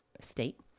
state